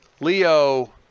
Leo